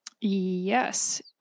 Yes